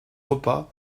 repas